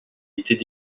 était